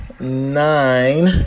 Nine